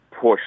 push